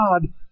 God